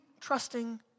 trusting